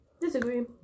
Disagree